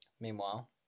Meanwhile